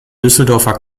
düsseldorfer